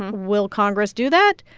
will congress do that?